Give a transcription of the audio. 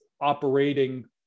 Operating